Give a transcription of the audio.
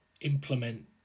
implement